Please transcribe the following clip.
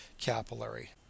capillary